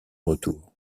retour